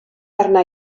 arna